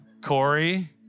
Corey